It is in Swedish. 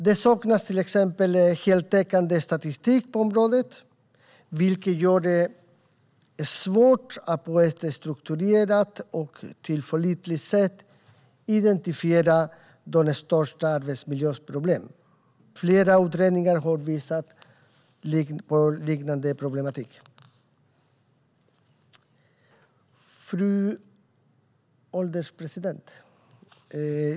Det saknas till exempel heltäckande statistik på området, vilket gör det svårt att på ett strukturerat och tillförlitligt sätt identifiera de största arbetsmiljöproblemen. Flera utredningar har visat på liknande problematik. Fru ålderspresident!